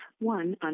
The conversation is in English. one